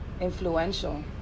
Influential